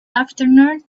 afternoon